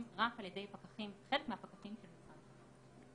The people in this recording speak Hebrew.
רק על ידי חלק מהפקחים של משרד החקלאות.